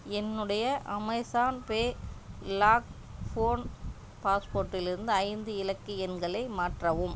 என்னுடைய Amazon Pay lock phone பாஸ்போடிலிருந்து ஐந்து இலக்கு எண்களை மாற்றவும்